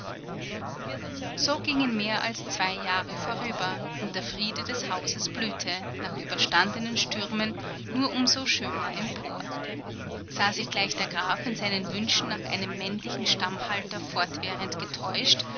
so gingen mehr als zwei jahre vorüber und der friede des hauses blühte nach überstandenen stürmen nur um so schöner empor sah sich gleich der graf in seinen wünschen nach einem männlichen stammhalter fortwährend getäuscht